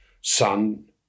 son